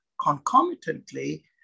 Concomitantly